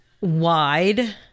wide